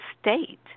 state